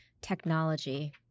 technology